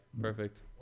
Perfect